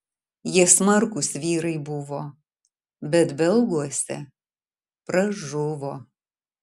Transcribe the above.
jie smarkūs vyrai buvo bet belguose pražuvo